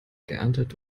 geerntet